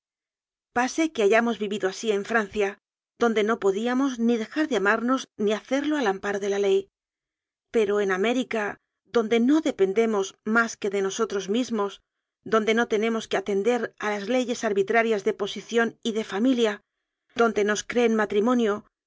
pase que hayamos vivido así en fran cia donde no podíamos ni dejar de amamos ni ha cerlo al amparo de la ley pero en américa donde no dependemos más que de nosotros mismos don de no tenemos que atender a las leyes arbitrarias de posición y de familia donde nos creen